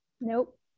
Nope